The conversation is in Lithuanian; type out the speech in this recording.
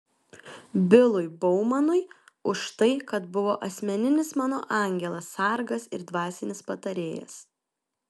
bilui baumanui už tai kad buvo asmeninis mano angelas sargas ir dvasinis patarėjas